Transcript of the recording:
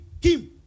Kim